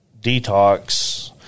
detox